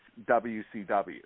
WCW